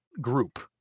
group